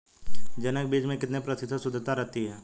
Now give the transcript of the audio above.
जनक बीज में कितने प्रतिशत शुद्धता रहती है?